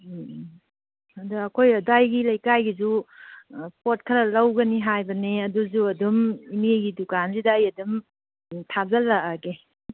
ꯎꯝ ꯑꯗ ꯑꯩꯈꯣꯏ ꯑꯗꯥꯏꯒꯤ ꯂꯩꯀꯥꯏꯒꯤꯁꯨ ꯄꯣꯠ ꯈꯔ ꯂꯧꯒꯅꯤ ꯍꯥꯏꯕꯅꯤ ꯑꯗꯨꯁꯨ ꯑꯗꯨꯝ ꯏꯅꯦꯒꯤ ꯗꯨꯀꯥꯟꯁꯤꯗ ꯑꯩ ꯑꯗꯨꯝ ꯊꯥꯖꯤꯜꯂꯛꯂꯒꯦ